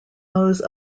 those